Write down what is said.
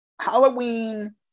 Halloween